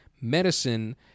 Medicine